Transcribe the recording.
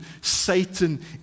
Satan